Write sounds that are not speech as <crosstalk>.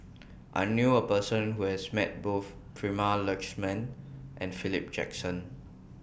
<noise> I knew A Person Who has Met Both Prema Letchumanan and Philip Jackson